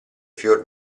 fior